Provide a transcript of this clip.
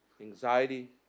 Anxiety